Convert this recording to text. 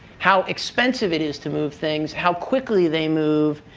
how expensive it is to move things, how quickly they move,